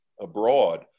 abroad